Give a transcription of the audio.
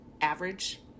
average